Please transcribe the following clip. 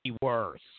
worse